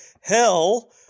hell